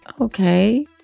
okay